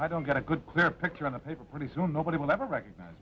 i don't get a good picture on the paper pretty soon nobody will never recognize